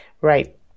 Right